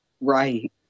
right